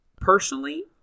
personally